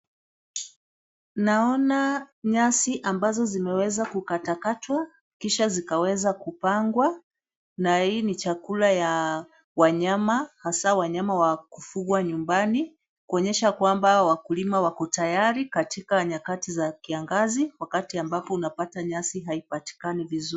Naona nyasi ambazo zimeweza kukatwakatwa kisha zikaweza kupangwa na hii ni chakula ya wanyama hasa wanyama wa kufugwa nyumbani kuonyesha kwamba wakulima wako tayari katika nyakati za kiangazi wakati ambapo unapata nyasi haipatikani vizuri.